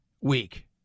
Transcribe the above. week